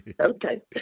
Okay